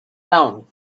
round